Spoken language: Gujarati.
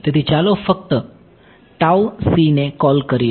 તેથી ચાલો ફક્ત આ ને કૉલ કરીએ